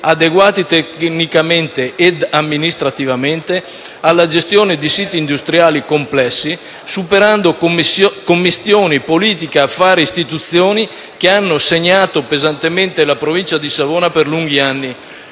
adeguati tecnicamente ed amministrativamente alla gestione di siti industriali complessi, superando commistioni politica-affari-istituzioni che hanno segnato pesantemente la Provincia di Savona per lunghi anni.